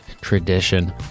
tradition